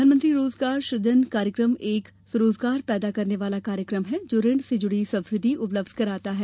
प्रधानमंत्री रोजगार सुजन कार्यक्रम एक स्वरोजगार पैदा करने वाला कार्यक्रम है जो ऋण से जुड़ी सब्सिडी उपलब्ध कराता है